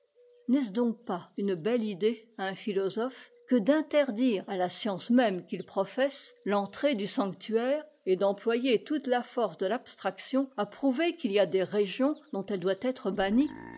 n'est-ce donc pas une belle idée à un philosophe que d'interdire à la science même qu'il professe l'entrée du sanctuaire et d'employer toute la force de l'abstraction à prouver qu'if y a des régions dont elle doit être bannie